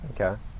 Okay